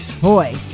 boy